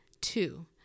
Two